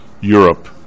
Europe